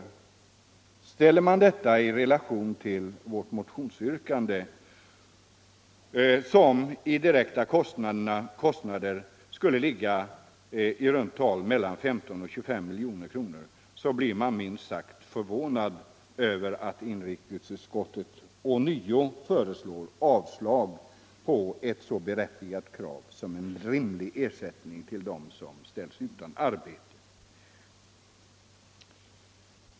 Ställer man detta i relation till vårt motionsyrkande, som i direkta kostnader innebär mellan 15 och 20 miljoner, blir man minst sagt förvånad över att inrikesutskottet ånyo föreslår avslag på ett så berättigat krav som en rimlig ersättning till dem som ställs utan arbete.